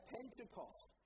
Pentecost